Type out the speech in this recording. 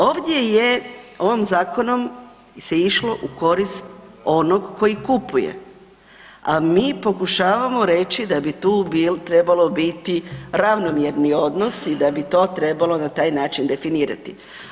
Ovdje je, ovim zakonom se išlo u korist onog koji kupuje, a mi pokušavamo reći da bi tu trebalo biti ravnomjerni odnos i da bi to trebalo na taj način definirati.